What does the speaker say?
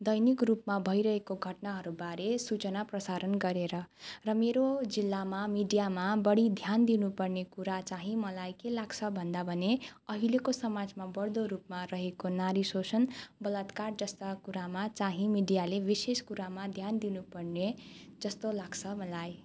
दैनिक रुपमा भइरहेको घटनाहरूबारे सूचना प्रसारण गरेर र मेरो जिल्लामा मिडियामा बढी ध्यान दिनु पर्ने कुरा चाहिँ मलाई के लाग्छ भन्दा भने अहिलेको समाजमा बढ्दो रुपमा रहेको नारी शोषण बलात्कार जस्ता कुरामा चाहिँ मिडियाले विशेष कुरामा ध्यान दिनु पर्ने जस्तो लाग्छ मलाई